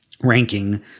ranking